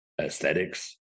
aesthetics